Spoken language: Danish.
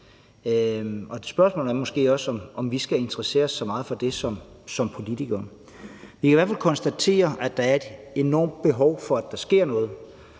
og spørgsmålet er måske også, om vi skal interessere os så meget for det som politikere. Vi kan i hvert fald konstatere, at der er et enormt behov for, at der sker noget,